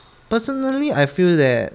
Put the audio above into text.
personally I feel that